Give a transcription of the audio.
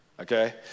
Okay